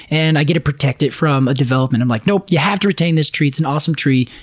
and i get it protected from a development. i'm like, nope, you have to retain this tree, it's an awesome tree.